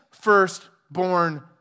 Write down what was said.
firstborn